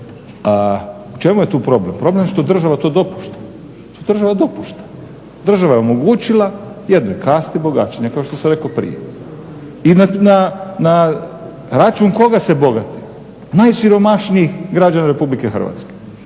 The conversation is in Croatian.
U čemu je tu problem? Problem je što država to dopušta? Država dopušta. Država je omogućila jednoj kasti bogaćenje kao što sam rekao prije. I na račun koga se bogati? Najsiromašnijih građana Republike Hrvatske.